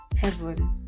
heaven